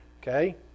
okay